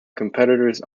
competitors